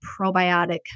probiotic